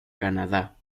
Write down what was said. canadá